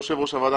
יושב ראש הוועדה,